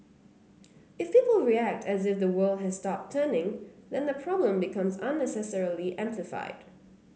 if people react as if the world has stopped turning then the problem becomes unnecessarily amplified